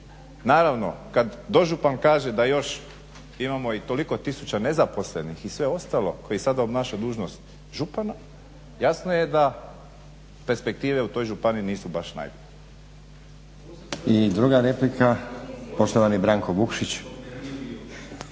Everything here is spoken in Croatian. Naravno kada dožupan kaže da još imamo i toliko tisuća nezaposlenih i sve ostalo koji sada obnaša dužnost župana jasno je da perspektive u toj županiji nisu baš najbolje. **Stazić, Nenad (SDP)** I druga replika. Poštovani Branko Vukšić.